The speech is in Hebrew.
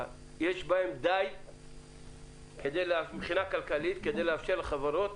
יש בהם די מבחינה כלכלית כדי לאפשר לחברות